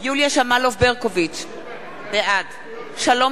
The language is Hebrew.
יוליה שמאלוב-ברקוביץ, בעד סילבן, זכויות חברתיות?